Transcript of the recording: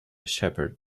shepherd